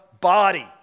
body